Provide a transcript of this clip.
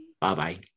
bye-bye